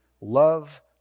love